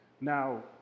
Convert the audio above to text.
Now